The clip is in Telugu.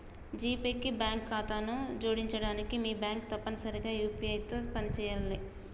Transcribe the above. జీపే కి బ్యాంక్ ఖాతాను జోడించడానికి మీ బ్యాంక్ తప్పనిసరిగా యూ.పీ.ఐ తో పనిచేయాలే